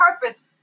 purpose